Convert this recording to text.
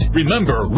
Remember